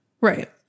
Right